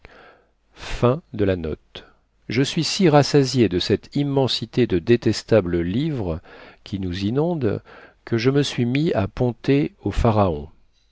je suis si rassasié de cette immensité de détestables livres qui nous inondent que je me suis mis à ponter au pharaon